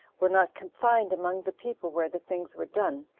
were not confined among the people where the things were done,